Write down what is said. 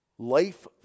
Life